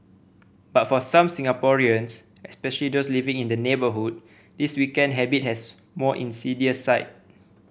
but for some Singaporeans especially those living in the neighbourhood this weekend habit has more insidious side